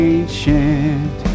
Ancient